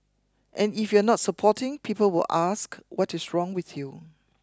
and if you are not supporting people will ask what is wrong with you